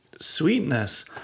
sweetness